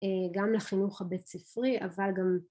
גם לחינוך הבית ספרי אבל גם